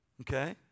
Okay